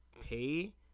pay